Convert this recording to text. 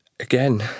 Again